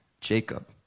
Jacob